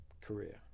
career